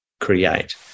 create